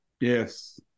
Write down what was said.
Yes